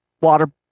water